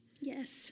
Yes